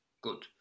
good